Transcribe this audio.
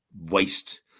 waste